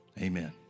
amen